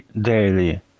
daily